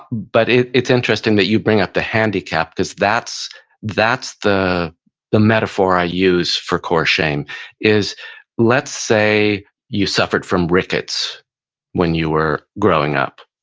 but it's it's interesting that you bring up the handicap because that's that's the the metaphor i use for core shame is let's say you suffered from rickets when you were growing up,